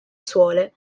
suole